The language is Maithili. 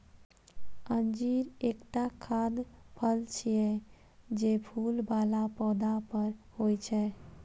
अंजीर एकटा खाद्य फल छियै, जे फूल बला पौधा पर होइ छै